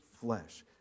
flesh